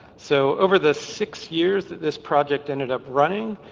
so over the six years that this project ended up running,